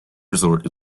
resort